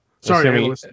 Sorry